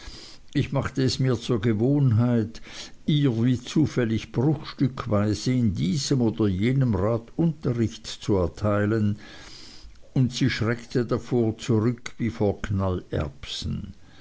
ich machte es mir zur gewohnheit ihr wie zufällig bruchstückweise in diesem oder jenem rat unterricht zu erteilen und sie schreckte davor zurück wie vor knallerbsen